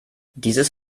dieses